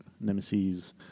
Nemesis